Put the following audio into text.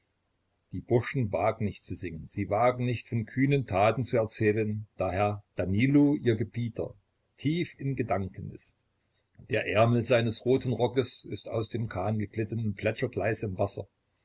die burschen wagen nicht zu singen sie wagen nicht von kühnen taten zu erzählen da herr danilo ihr gebieter tief in gedanken ist der ärmel seines roten rockes ist aus dem kahn geglitten und plätschert leis im wasser